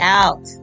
out